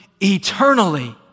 eternally